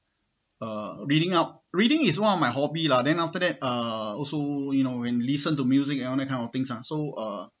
uh reading up reading is one of my hobby lah then after that uh also you know when you listen to music ah that kind of things ah so uh